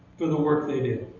for the work they did.